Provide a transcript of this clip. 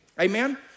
Amen